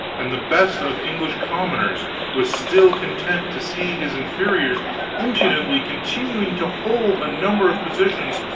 and the best of english commoners was still content to see his inferiors impudently continuing to hold a number of positions,